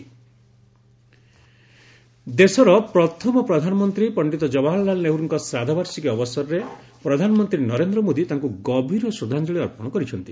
PM tribute ଦେଶର ପ୍ରଥମ ପ୍ରଧାନମନ୍ତ୍ରୀ ପଣ୍ଡିତ ଜବାହରଲାଲ ନେହେରୁଙ୍କ ଶ୍ରାଦ୍ଧବାର୍ଷିକୀ ଅବସରରେ ପ୍ରଧାନମନ୍ତ୍ରୀ ନରେନ୍ଦ୍ ମୋଦୀ ତାଙ୍କୁ ଗଭୀର ଶ୍ରଦ୍ଧାଞ୍ଜଳି ଅର୍ପଣ କରିଛନ୍ତି